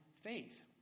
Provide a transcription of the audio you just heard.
faith